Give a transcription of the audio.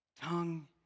tongue